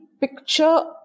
picture